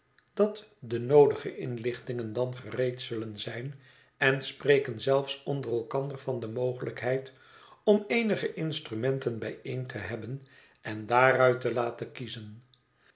dat de noodige inlichtingen dan gereed zullen zijn en spreken zelfs onder elkander van de mogelijkheid om eenige instrumenten bijeen te hebben en daaruit te laten kiezen